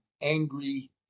angry